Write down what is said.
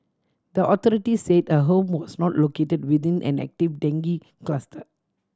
the authorities said her home was not located within an active dengue cluster